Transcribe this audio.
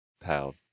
pal